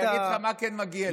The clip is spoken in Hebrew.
אני אגיד לך מה כן מגיע לי.